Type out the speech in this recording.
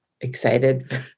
excited